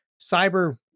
cyber